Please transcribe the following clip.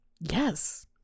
yes